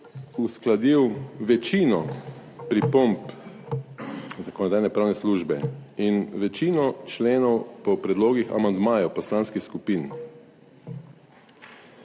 uskladil večino pripomb Zakonodajno-pravne službe in večino členov po predlogih amandmajev poslanskih skupin.